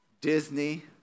Disney